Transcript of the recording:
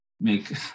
make